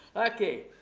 okay,